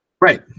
Right